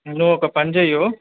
నువ్వొక పని చెయ్యి